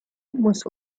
muss